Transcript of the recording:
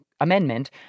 amendment